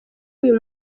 uyu